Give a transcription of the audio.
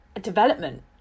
development